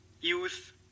youth